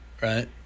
Right